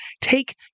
take